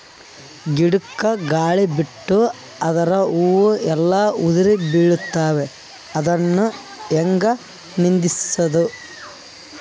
ಗಿಡಕ, ಗಾಳಿ ಬಿಟ್ಟು ಅದರ ಹೂವ ಎಲ್ಲಾ ಉದುರಿಬೀಳತಾವ, ಅದನ್ ಹೆಂಗ ನಿಂದರಸದು?